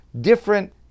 different